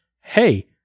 hey